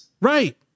right